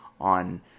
on